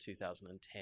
2010